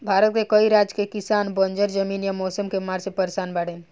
भारत के कई राज के किसान बंजर जमीन या मौसम के मार से परेसान बाड़ेन